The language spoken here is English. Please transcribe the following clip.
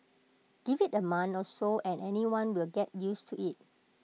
give IT A month or so and anyone will get used to IT